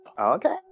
Okay